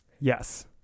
Yes